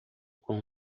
com